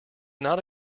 not